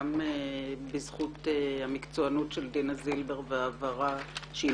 גם בזכות המקצוענות של דינה זילבר והבהרה שהיא